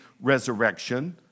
resurrection